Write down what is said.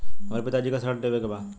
हमरे पिता जी के ऋण लेवे के बा?